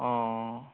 অঁ